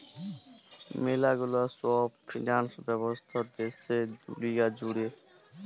ম্যালা গুলা সব ফিন্যান্স ব্যবস্থা দ্যাখে দুলিয়া জুড়ে